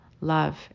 love